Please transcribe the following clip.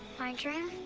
my dream